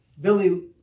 Billy